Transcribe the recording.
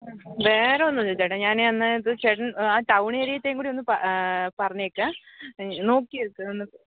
വേറൊന്നുല്ല ചേട്ടാ ഞാൻ എന്നാൽ ഇത് ചേട്ടൻ ആ ടൗണ് ഏരിയത്തെയും കൂടൊന്ന് പറഞ്ഞേക്ക് നോക്കി വെക്കാം